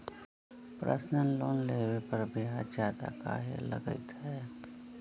Personal loan लेबे पर ब्याज ज्यादा काहे लागईत है?